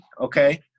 okay